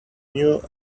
knew